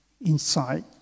inside